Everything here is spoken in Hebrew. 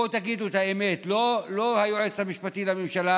בואו תגידו את האמת: לא היועץ המשפטי לממשלה